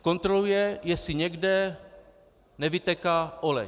Kontroluje, jestli někde nevytéká olej.